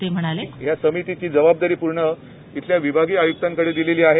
ते म्हणाले या समितीची जबाबदारी पूर्ण इथल्या विभागीय आयुक्तांकडे दिलेली आहे